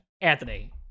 Anthony